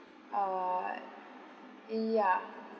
uh ya